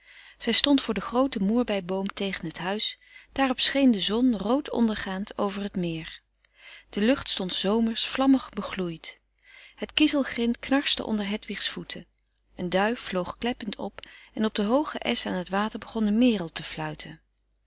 zij stond voor den grooten moerbei boom tegen het huis daarop scheen de zon rood ondergaand over t meer de lucht stond zomersch vlammig begloeid het kiezelgrint knarste onder hedwigs voeten een duif vloog kleppend op en op den hoogen esch aan t water begon een meerl te fluiten